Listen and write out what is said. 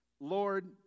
Lord